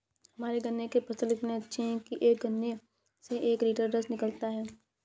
हमारे गन्ने के फसल इतने अच्छे हैं कि एक गन्ने से एक लिटर रस निकालता है